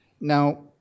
Now